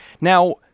Now